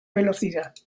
velocidad